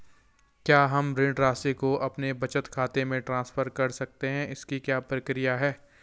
क्या हम ऋण राशि को अपने बचत खाते में ट्रांसफर कर सकते हैं इसकी क्या प्रक्रिया है?